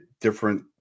different